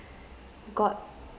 got